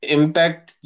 Impact